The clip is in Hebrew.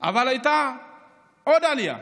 אבל הייתה עוד עלייה.